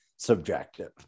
subjective